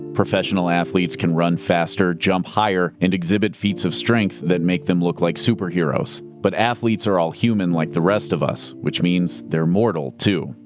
professional athletes can run faster, jump higher, and exhibit feats of strength that make them look like superheroes. but athletes are all human like the rest of us, which means they're mortal, too.